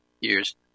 years